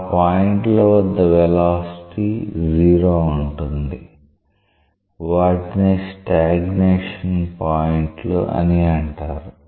ఆ పాయింట్ల వద్ద వెలాసిటీ 0 ఉంటుంది వాటినే స్టాగ్నేషన్ పాయింట్లు అని అంటారు